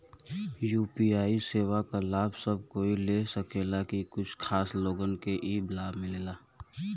UPI सेवा क लाभ सब कोई ले सकेला की कुछ खास लोगन के ई लाभ मिलेला?